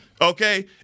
Okay